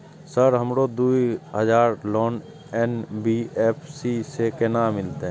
Sir हमरो दूय हजार लोन एन.बी.एफ.सी से केना मिलते?